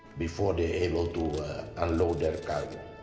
before they able to unload their cargo.